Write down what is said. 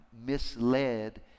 misled